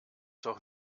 doch